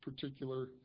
particular